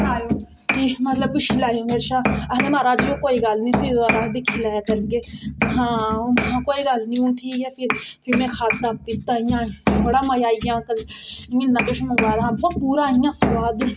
पुच्छी लेऔ मेरे कोला ओह् आक्खन लगे महाराज जी कोई गल्ल नेईं ओह् अस दिक्खी पुच्छी लेआ करगे कोई गल्ल नेई में आखेआ ठीक ऐ फिर में खाद्धा पीता बड़ा मजा आई गेआ जिन्ना किश मंगवाए दा हा